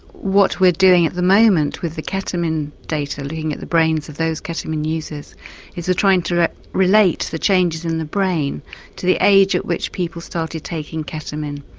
what we're doing at the moment with the ketamine data looking at the brains of those ketamine users is we're trying to relate the changes in the brain to the age at which people started taking ketamine.